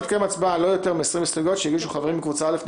תתקיים הצבעה על לא יותר מ-20 הסתייגות שהגישו חברים מקבוצה א',